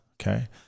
Okay